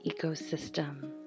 ecosystem